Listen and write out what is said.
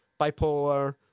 bipolar